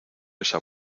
esa